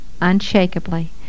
unshakably